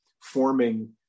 forming